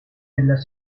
della